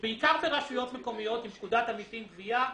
בעיקר ברשויות מקומיות עם פקודת המסים (גביה),